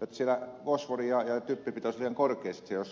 jotta siellä on fosfori ja typpipitoisuus liian korkea sitten siellä jossakin